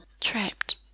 trapped